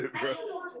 bro